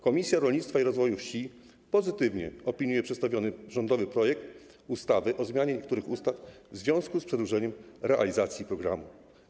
Komisja Rolnictwa i Rozwoju Wsi pozytywnie opiniuje przedstawiony rządowy projekt ustawy o zmianie niektórych ustaw w związku z przedłużeniem realizacji programu.